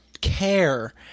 care